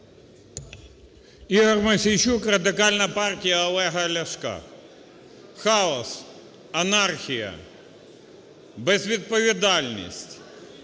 Ігор Мосійчук, Радикальна партія Олега Ляшка. Хаос, анархія, безвідповідальність